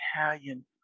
Italian